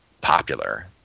popular